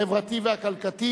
החברתי והכלכלי,